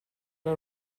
era